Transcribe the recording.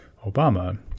Obama